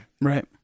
Right